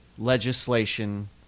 legislation